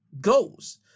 goes